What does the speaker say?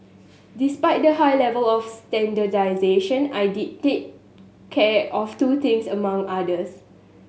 despite the high level of standardisation I did take care of two things among others